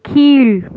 கீழ்